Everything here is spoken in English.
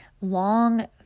long